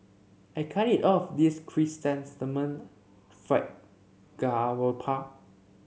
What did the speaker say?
I can't eat all of this Chrysanthemum Fried Garoupa